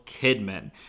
Kidman